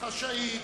חשאית